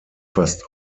fast